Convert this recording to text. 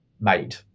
made